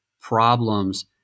problems